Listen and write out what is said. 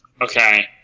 Okay